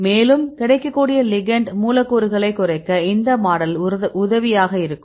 மேலும் கிடைக்கக்கூடிய லிகெண்ட் மூலக்கூறுகளை குறைக்க இந்த மாடல் உதவியாக இருக்கும்